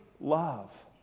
love